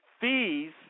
fees